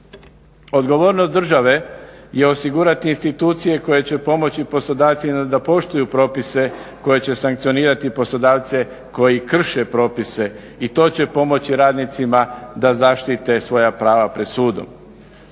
Odgovornost države je osigurati institucije koje će pomoći poslodavcima da poštuju propise koji će sankcionirati poslodavce koji krše propise. I to će pomoći radnicima da zaštite svoja prava pred sudom.